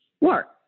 Work